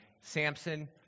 Samson